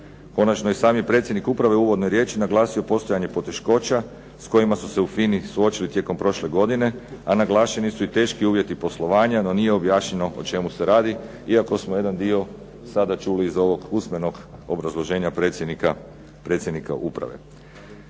Konačno i sami predsjednik uprave je u uvodnoj riječi naglasio postojanje poteškoća s kojima su se u FINA-i suočili tijekom prošle godine, a naglašeni su i teški uvjeti poslovanja, no nije objašnjeno o čemu se radi iako smo jedan dio sada čuli iz ovog usmenog obrazloženja predsjednika uprave.